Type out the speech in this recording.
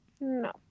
No